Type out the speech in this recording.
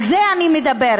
על זה אני מדברת.